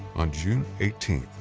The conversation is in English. on june eighteenth,